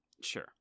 Sure